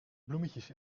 bloemetjes